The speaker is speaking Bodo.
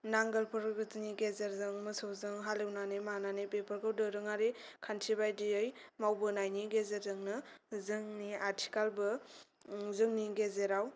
नांगोलफोर गोदोनि गेजेरजों मोसौ जों हालेवनानै मानानै बेफोरखौ दोरोङारि खान्थि बादियै मावबोनायनि गेजेरजोंनो जोंनि आथिखालबो जोंनि गेजेराव